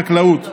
חקלאות.